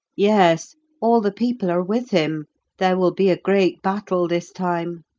yes all the people are with him there will be a great battle this time.